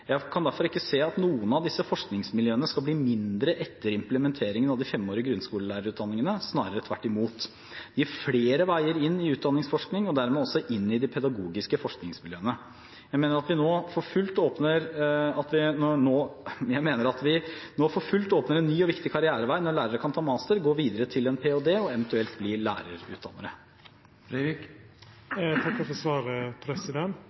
Jeg kan derfor ikke se at noen av disse forskningsmiljøene skal bli mindre etter implementeringen av de femårige grunnskolelærerutdanningene, snarere tvert imot. De gir flere veier inn i utdanningsforskning og dermed også inn i de pedagogiske forskningsmiljøene. Jeg mener at vi nå for fullt åpner en ny og viktig karrierevei når lærere kan ta en master, gå videre til en ph.d. og eventuelt bli lærerutdannere. Takk for svaret.